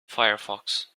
firefox